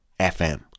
FM